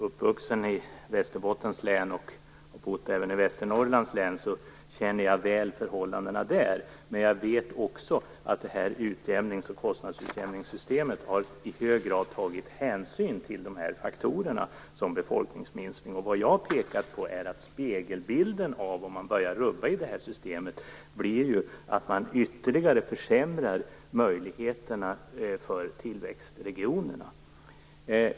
Uppvuxen i Västerbottens län och efter ha bott även i Västernorrlands län känner jag väl förhållandena där. Men jag vet också att man i kostnadsutjämningssystemet i hög grad tagit hänsyn till sådana faktorer som befolkningsminskning. Vad jag pekat på är att spegelbilden, om man gör så att det leder till rubbningar i systemet, blir att man ytterligare försämrar möjligheterna för tillväxt i regionerna.